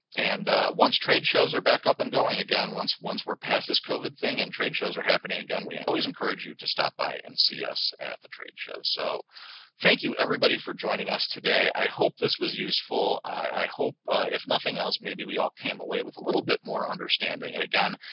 once trade shows are back up and going again. once once we're past this covid thing and trade shows are happening again, we always encourage you to stop by and see us at the trade show. so thank you everybody for joining us today. i hope this was useful. i hope if nothing else, maybe we all came away with a little bit more understanding. and again,